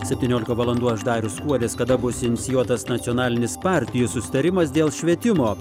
septyniolika valandų aš darius kuodis kada bus inicijuotas nacionalinis partijų susitarimas dėl švietimo